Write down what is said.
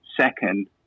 second